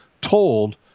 told